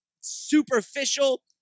superficial